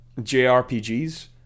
JRPGs